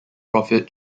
profit